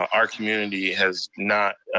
our community has not